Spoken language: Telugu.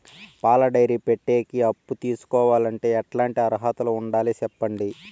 పాల డైరీ పెట్టేకి అప్పు తీసుకోవాలంటే ఎట్లాంటి అర్హతలు ఉండాలి సెప్పండి?